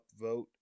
upvote